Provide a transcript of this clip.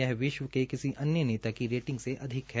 यह विश्व के किसी अन्य नेता की रेटिंग से अधिक है